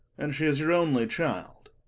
and she is your only child?